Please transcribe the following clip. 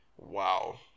Wow